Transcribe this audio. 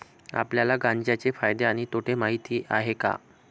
आपल्याला गांजा चे फायदे आणि तोटे माहित आहेत का?